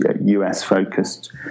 US-focused